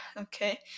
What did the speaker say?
Okay